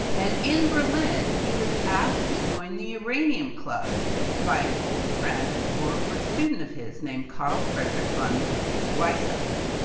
and in berlin, he was asked to join the uranium club by an old friend and former student of his named, carl friedrich von weizsacker.